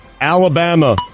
Alabama